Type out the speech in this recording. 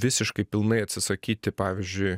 visiškai pilnai atsisakyti pavyzdžiui